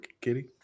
Kitty